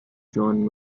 john